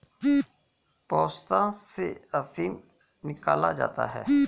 पोस्ता से अफीम निकाला जाता है